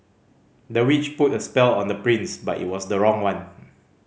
the witch put a spell on the prince but it was the wrong one